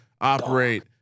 operate